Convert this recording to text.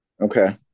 Okay